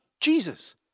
Jesus